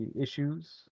issues